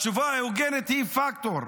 התשובה ההוגנת היא פקטור,